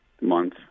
month